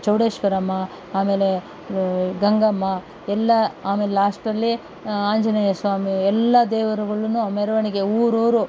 ಚೌಡೇಶ್ವರಮ್ಮ ಆಮೇಲೆ ಗಂಗಮ್ಮ ಎಲ್ಲ ಆಮೇಲೆ ಲಾಸ್ಟಲ್ಲಿ ಆಂಜನೇಯ ಸ್ವಾಮಿ ಎಲ್ಲ ದೇವರುಗಳನ್ನು ಮೆರವಣಿಗೆ ಊರೂರು